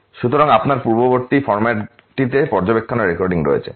সুতরাং আপনার পূর্ববর্তী ফর্মটিতে পর্যবেক্ষণের রেকর্ডিং রয়েছে